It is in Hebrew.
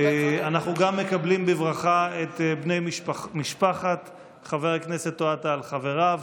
אנחנו גם מקבלים בברכה את בני משפחתו של חבר הכנסת אוהד טל וחבריו,